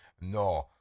no